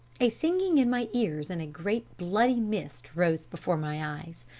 a singing in my ears and a great bloody mist rose before my eyes.